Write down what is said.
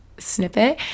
snippet